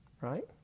right